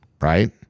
Right